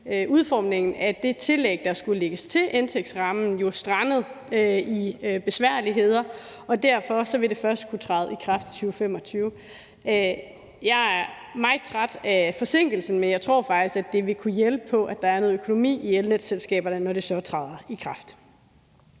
udformningen af det tillæg, der skulle lægges til indtægtsrammen, strandet i besværligheder, og derfor vil det først kunne træde i kraft i 2025. Jeg er meget træt af forsinkelsen, men jeg tror faktisk, at det vil kunne hjælpe på, at der er noget økonomi i elnetselskaberne, når det så træder i kraft.